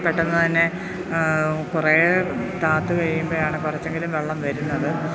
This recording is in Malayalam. പെട്ടെന്ന് തന്നെ കുറേ താഴ്ത്തുകഴിയുമ്പോഴാണ് കുറച്ചെങ്കിലും വെള്ളം വരുന്നത്